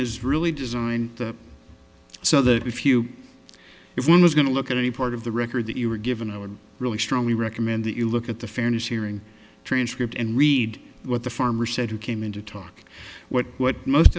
really designed so that if you if one was going to look at any part of the record that you were given i would really strongly recommend that you look at the fairness hearing transcript and read what the farmer said who came in to talk what what most